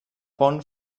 pont